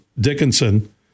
Dickinson